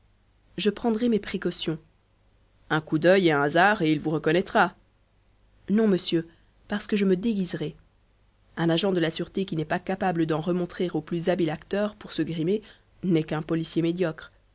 je prendrai mes précautions un coup d'œil et un hasard et il vous reconnaîtra non monsieur parce que je me déguiserai un agent de la sûreté qui n'est pas capable d'en remontrer au plus habile acteur pour se grimer n'est qu'un policier médiocre